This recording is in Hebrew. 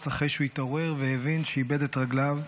אחרי שהתעורר והבין שאיבד את רגליו,